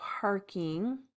parking